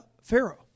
pharaoh